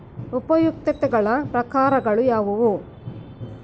ಉಪಯುಕ್ತತೆಗಳ ಪ್ರಕಾರಗಳು ಯಾವುವು?